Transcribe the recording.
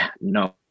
no